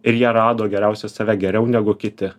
ir jie rado geriausią save geriau negu kiti